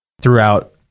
throughout